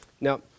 Now